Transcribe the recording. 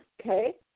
Okay